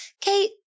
Kate